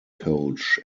coach